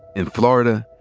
in florida,